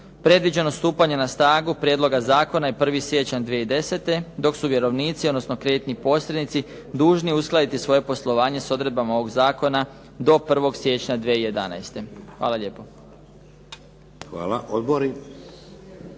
Predviđeno stupanje na snagu prijedloga zakona je 1. siječanj 2010. dok su vjerovnici, odnosno kreditni posrednici dužni uskladiti svoje poslovanje s odredbama ovog zakona do 1. siječnja 2011. Hvala lijepo. **Šeks,